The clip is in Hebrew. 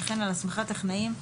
וכן על הסמכת טכנאים,